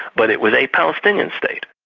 but it was a palestinian state.